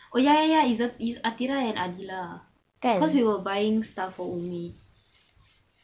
oh ya ya ya it's it's athirah and adhilah cause we are buying stuffs for umi